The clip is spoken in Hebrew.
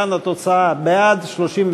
חברי הכנסת, להלן התוצאה: 37 בעד,